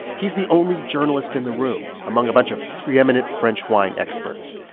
he's the only journalist in the room among a bunch of preeminent french wine experts.